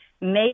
make